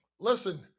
Listen